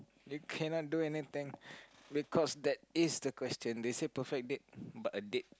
you cannot do anything because that is the question they said perfect date but a date